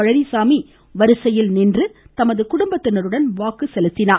பழனிசாமி வரிசையில் நின்று தமது குடும்பத்தினருடன் வாக்கு செலுத்தினார்